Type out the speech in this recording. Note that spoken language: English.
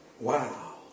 Wow